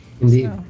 indeed